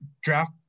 draft